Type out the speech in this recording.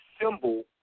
symbol